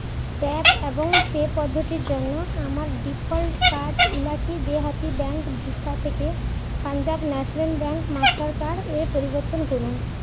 tap এবং pay পদ্ধতির জন্য আমার default card Ellaquai Dehati bank Visa থেকে Punjab national bank Mastercard এ পরিবর্তন করুন